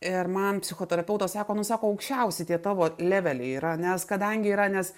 ir man psichoterapeutas sako nu sako aukščiausi tie tavo leveliai yra nes kadangi yra nes